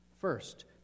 First